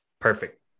Perfect